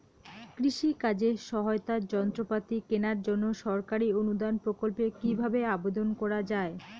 কৃষি কাজে সহায়তার যন্ত্রপাতি কেনার জন্য সরকারি অনুদান প্রকল্পে কীভাবে আবেদন করা য়ায়?